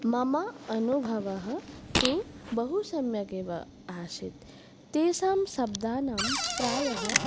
मम अनुभवः तु बहुसम्यक् एव आसीत् तेषां शब्दानां प्रायः